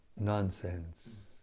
nonsense